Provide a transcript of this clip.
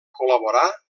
col·laborar